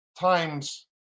times